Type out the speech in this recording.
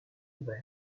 ouvert